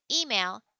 Email